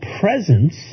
presence